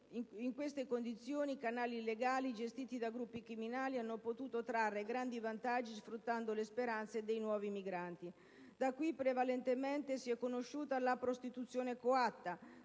In queste condizioni, canali illegali, gestiti da gruppi criminali, hanno potuto trarre grandi vantaggi sfruttando le speranze dei nuovi migranti. Da qui prevalentemente si è conosciuta la prostituzione coatta,